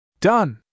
Done